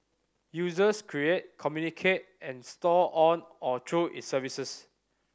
users create communicate and store on or through its services